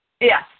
Yes